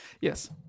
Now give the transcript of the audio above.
Yes